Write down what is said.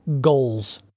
GOALS